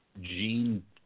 gene